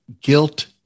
guilt